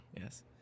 yes